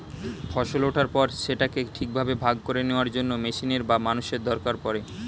ফসল ওঠার পর সেটাকে ঠিকভাবে ভাগ করে নেওয়ার জন্য মেশিনের বা মানুষের দরকার পড়ে